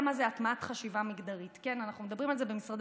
קשה כדי להטמיע חשיבה מגדרית בתוכניות העבודה של כל משרדי